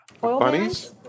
Bunnies